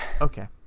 okay